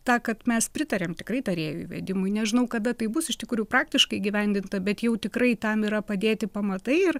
ta kad mes pritariam tikrai tarėjų įvedimui nežinau kada tai bus iš tikrųjų praktiškai įgyvendinta bet jau tikrai tam yra padėti pamatai ir